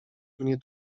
mnie